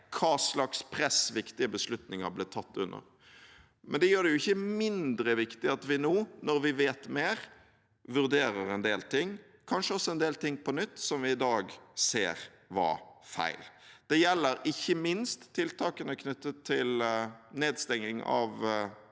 hva slags press viktige beslutninger ble tatt under. Men det gjør det ikke mindre viktig at vi nå, når vi vet mer, vurderer en del ting, kanskje også en del ting på nytt, som vi i dag ser var feil. Det gjelder ikke minst tiltakene knyttet til nedstenging av